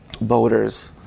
boaters